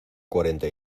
cuarenta